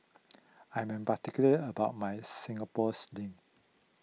I am particular about my Singapore Sling